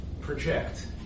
project